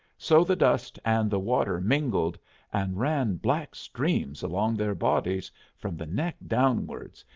so the dust and the water mingled and ran black streams along their bodies from the neck downwards,